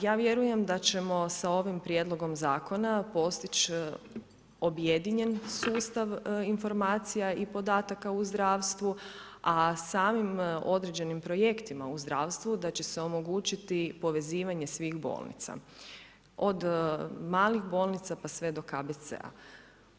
Ja vjerujem da ćemo sa ovim prijedlogom zakona postići objedinjeni sustav informacija i podataka u zdravstvu a samim određenim projektima u zdravstvu da će se omogućiti povezivanje svih bolnica od malih bolnica pa sve do KBC-a.